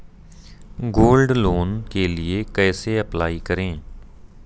Gold loan के लिए कैसे अप्लाई करें?